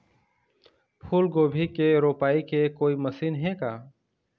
फूलगोभी के रोपाई के कोई मशीन हे का?